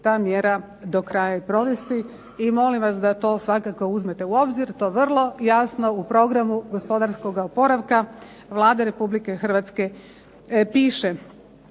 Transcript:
ta mjera do kraja i provesti i molim vas da to svakako uzmete u obzir, to vrlo jasno u programu gospodarskoga oporavka Vlade Republike Hrvatske piše.